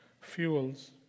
Fuels